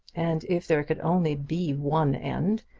and if there could only be one end,